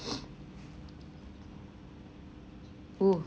oh